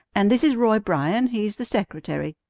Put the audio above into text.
and this is roy bryan he's the secretary.